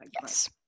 Yes